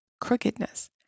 crookedness